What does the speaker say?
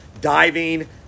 diving